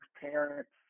parents